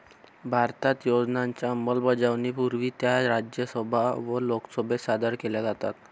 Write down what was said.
भारतात योजनांच्या अंमलबजावणीपूर्वी त्या राज्यसभा व लोकसभेत सादर केल्या जातात